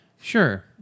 Sure